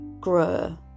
grow